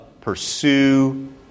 pursue